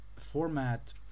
format